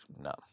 no